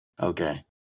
okay